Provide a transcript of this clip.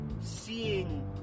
seeing